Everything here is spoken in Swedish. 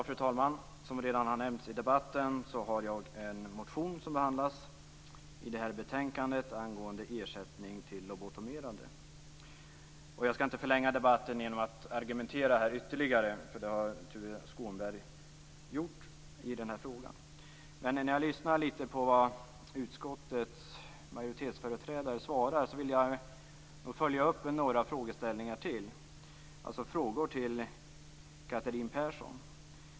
Fru talman! Som redan har nämnts i debatten har jag en motion som behandlas i det här betänkandet angående ersättning till lobotomerade. Jag skall inte förlänga debatten genom att argumentera ytterligare, för det har Tuve Skånberg gjort i den här frågan. Men efter att ha lyssnat litet på vad utskottets majoritetsföreträdare har svarat vill jag följa upp med några frågeställningar till, alltså frågor till Catherine Persson.